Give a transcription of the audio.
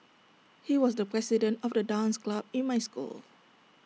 he was the president of the dance club in my school